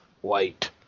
White